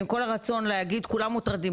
עם כל הרצון להגיד: כולם מוטרדים,